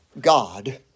God